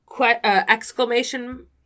Exclamation